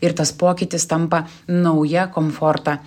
ir tas pokytis tampa nauja komforta